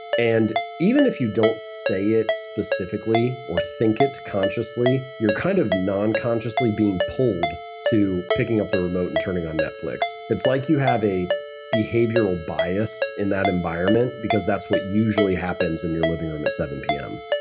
and even if you don't say it specifically or think it consciously you're kind of nonconsciously being pulled to picking up the remote and turning on netflix. it's like you have a behavioral bias in that environment because that's what usually happens in your living room at seven p m.